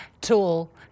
tool